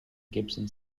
gibson